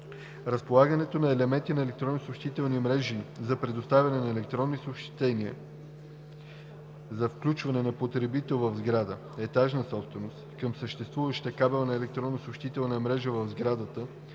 Разполагането на елементи на електронни съобщителни мрежи за предоставянето на електронни съобщения за включване на потребител в сграда – етажна собственост, към съществуваща кабелна електронна съобщителна мрежа в сградата,